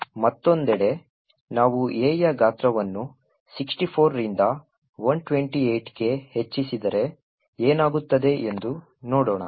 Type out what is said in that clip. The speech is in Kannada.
ಮತ್ತೊಂದೆಡೆ ನಾವು A ಯ ಗಾತ್ರವನ್ನು 64 ರಿಂದ 128 ಕ್ಕೆ ಹೆಚ್ಚಿಸಿದರೆ ಏನಾಗುತ್ತದೆ ಎಂದು ನೋಡೋಣ